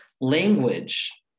Language